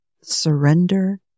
surrender